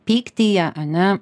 pyktyje ane